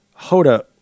Hoda